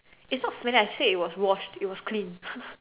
it's not finished I said it was washed it was cleaned